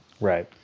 Right